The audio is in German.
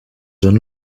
john